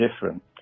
different